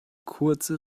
kurze